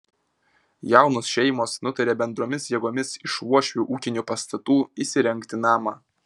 jaunos šeimos nutarė bendromis jėgomis iš uošvių ūkinių pastatų įsirengti namą